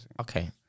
Okay